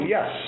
Yes